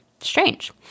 Strange